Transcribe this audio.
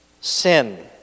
sin